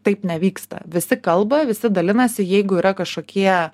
taip nevyksta visi kalba visi dalinasi jeigu yra kažkokie